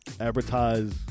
advertise